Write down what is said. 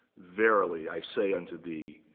verily, i say unto thee,